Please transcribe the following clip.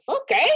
Okay